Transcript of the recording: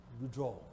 Withdraw